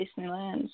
Disneyland